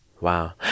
Wow